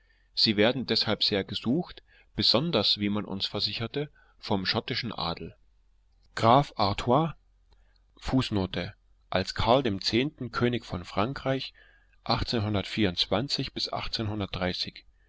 sie werden deshalb sehr gesucht besonders wie man uns versicherte vom schottischen adel graf artois fußnote als karl x könig von frankreich